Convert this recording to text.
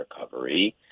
recovery